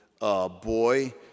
boy